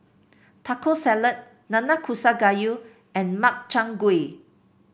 Taco Salad Nanakusa Gayu and Makchang Gui